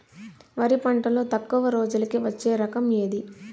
వరి పంటలో తక్కువ రోజులకి వచ్చే రకం ఏది?